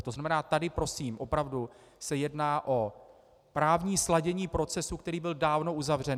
To znamená, tady prosím opravdu se jedná o právní sladění procesu, který byl dávno uzavřen.